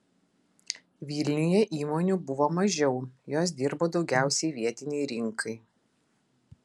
vilniuje įmonių buvo mažiau jos dirbo daugiausiai vietinei rinkai